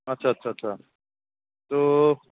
আচ্ছা আচ্ছা আচ্ছা তো